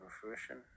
fruition